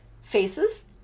FACES